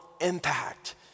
impact